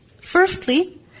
Firstly